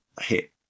hit